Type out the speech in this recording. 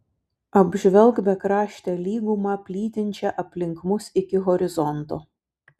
apžvelk bekraštę lygumą plytinčią aplink mus iki horizonto